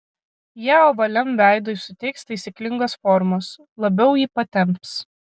jie ovaliam veidui suteiks taisyklingos formos labiau jį patemps